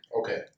okay